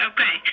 Okay